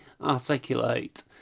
articulate